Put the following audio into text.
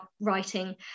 writing